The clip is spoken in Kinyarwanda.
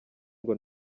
ngo